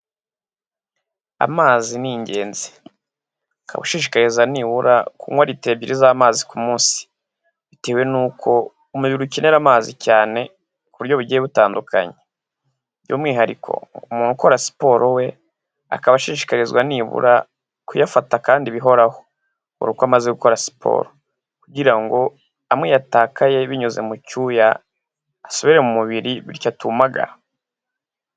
Amazi ni ingenzi. Ukaba ushishikarizwa nibura kunywa litiro ebyiri z'amazi ku munsi, bitewe n'uko umubiri ukenera amazi cyane ku buryo bugiye butandukanye, by'umwihariko umuntu ukora siporo we akaba ashishikarizwa nibura kuyafata kandi bihoraho, buri uko amaze gukora siporo kugira ngo amwe yatakaye binyuze mu cyuya, asubire mu mubiri bityo atumagara.